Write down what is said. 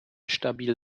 stabil